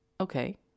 Okay